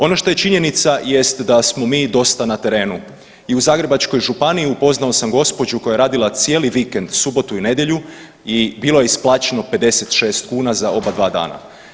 Ono što je činjenica jest da smo mi dosta na terenu i u Zagrebačkoj županiji upoznao sam gospođu koja je radila cijeli vikend, subotu i nedjelju i bilo joj je isplaćeno 56 kuna za oba dva dana.